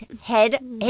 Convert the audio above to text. head